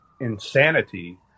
insanity